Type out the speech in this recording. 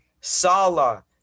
Salah